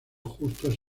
justos